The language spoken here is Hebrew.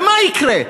ומה יקרה?